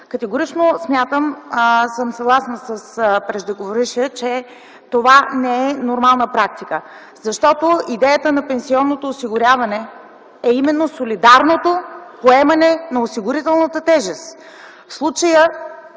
Категорично съм съгласна с преждеговорившата, че това не е нормална практика. Защото идеята на пенсионното осигуряване е именно солидарното поемане на осигурителната тежест.